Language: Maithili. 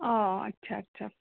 ओ अच्छा अच्छा